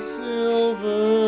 silver